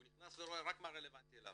הוא נכנס ורואה רק מה רלבנטי לו.